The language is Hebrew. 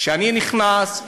כשאני נכנס,